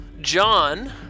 John